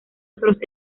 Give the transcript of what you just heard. otros